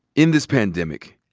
in this pandemic,